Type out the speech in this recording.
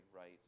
right